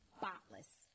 Spotless